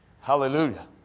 Hallelujah